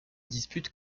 dispute